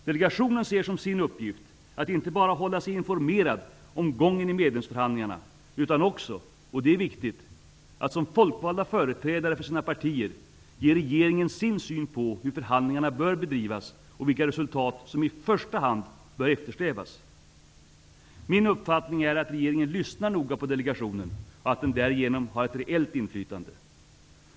Delegationen ser som sin uppgift att inte bara hålla sig informerad om gången i medlemsförhandlingarna utan också -- och det är viktigt -- att som folkvalda företrädare för sina partier ge regeringen sin syn på hur förhandlingarna bör drivas och vilka resultat som i första hand bör eftersträvas. Min uppfattning är att regeringen lyssnar noga på delegationen och att den därigenom har ett reellt inflytande.